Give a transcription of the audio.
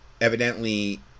evidently